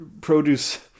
produce